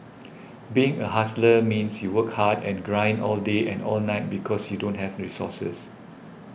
being a hustler means you work hard and grind all day and all night because you don't have resources